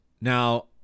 Now